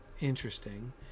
interesting